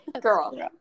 Girl